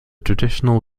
traditional